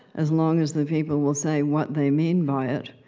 as long as the people will say what they mean by it,